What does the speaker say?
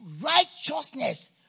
righteousness